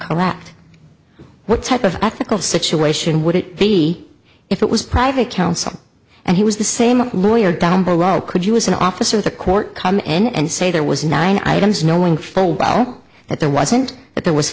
correct what type of ethical situation would it be if it was private counsel and he was the same lawyer down the road could you as an officer of the court come in and say there was nine items knowing full well that there wasn't that there was